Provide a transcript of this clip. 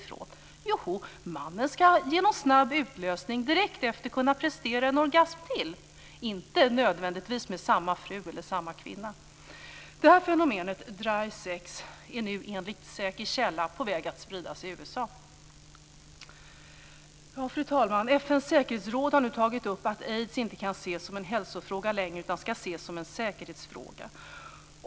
Jo, mannen ska genom snabb utlösning direkt efteråt kunna prestera en orgasm till, inte nödvändigtvis med samma fru eller samma kvinna. Det här fenomenet, dry sex, är nu enligt säker källa på väg att spridas i USA. Fru talman! FN:s säkerhetsråd har nu tagit upp att aids inte kan ses som en hälsofråga längre utan ska ses som en säkerhetsfråga.